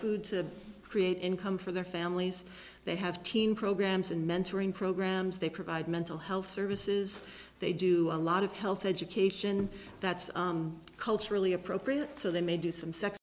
food to create income for their families they have teen programs and mentoring programs they provide mental health services they do a lot of health education that's culturally appropriate so they may do some